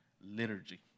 liturgy